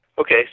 Okay